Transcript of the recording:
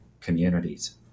communities